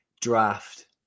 draft